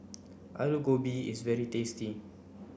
Alu Gobi is very tasty